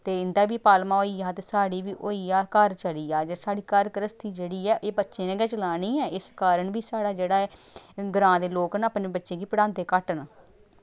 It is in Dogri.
ते इं'दा बी पालमा होई गेआ ते साढ़ी बी होई गेआ घर चली गेआ जे साढ़ी घर घ्रस्ति जेह्ड़ी ऐ एह् बच्चें नै गै चलानी ऐ इस कारण बी साढ़ा जेह्ड़ा ऐ ग्रां दे लोक न अपने बच्चें गी पढ़ांदे घट्ट न